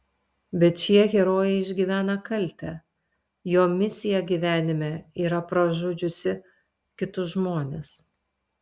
bet šie herojai išgyvena kaltę jo misija gyvenime yra pražudžiusi kitus žmones